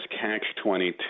catch-22